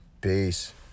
Peace